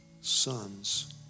sons